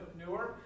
newer